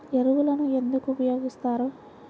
ఎరువులను ఎందుకు ఉపయోగిస్తారు?